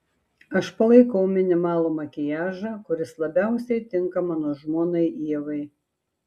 aš palaikau minimalų makiažą kuris labiausiai tinka mano žmonai ievai